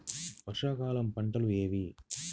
వర్షాకాలం పంటలు ఏవి?